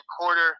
quarter –